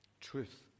Truth